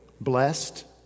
blessed